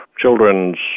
Children's